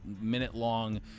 minute-long